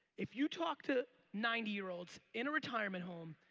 if you talk to ninety year olds in a retirement home,